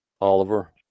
Oliver